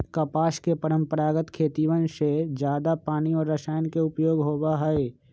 कपास के परंपरागत खेतियन में जादा पानी और रसायन के उपयोग होबा हई